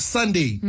Sunday